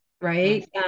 Right